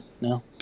No